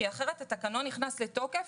כי אחרת התקנון נכנס לתוקף,